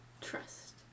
trust